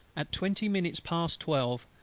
at twenty minutes past twelve,